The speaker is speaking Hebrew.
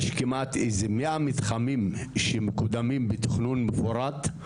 יש כמעט 100 מתחמים שמקודמים בתכנון מפורט,